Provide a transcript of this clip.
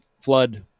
flood